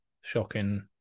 shocking